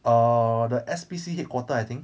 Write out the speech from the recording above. err the S_P_C headquarter I think